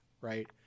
right